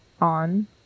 on